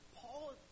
Paul